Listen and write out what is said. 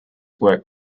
work